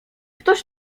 ktoś